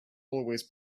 always